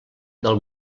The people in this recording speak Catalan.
del